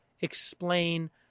explain